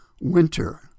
winter